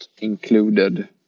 included